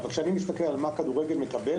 אבל כשאני מסתכל על מה שהכדורגל מקבל